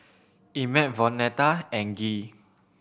Emett Vonetta and Gee